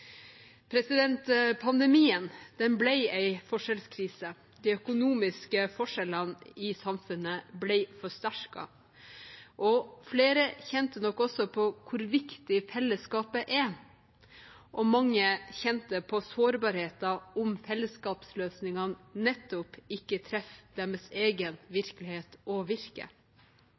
Pandemien ble en forskjellskrise. De økonomiske forskjellene i samfunnet ble forsterket, og flere kjente nok også på hvor viktig fellesskapet er. Mange kjente på sårbarheter når fellesskapsløsningene ikke traff deres egen virkelighet og eget virke.